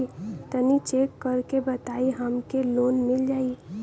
तनि चेक कर के बताई हम के लोन मिल जाई?